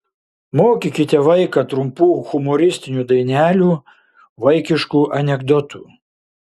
mokykite vaiką trumpų humoristinių dainelių vaikiškų anekdotų